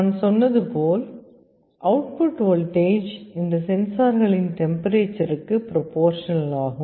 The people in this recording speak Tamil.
நான் சொன்னது போல் அவுட் புட் வோல்டேஜ் இந்த சென்சார்களின் டெம்பரேச்சருக்கு ப்ரொபோர்ஷனலாகும்